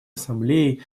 ассамблеей